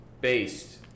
based